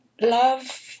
Love